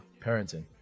parenting